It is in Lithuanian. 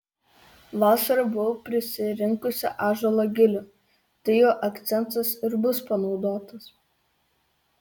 vasarą buvau prisirinkusi ąžuolo gilių tai jų akcentas ir bus panaudotas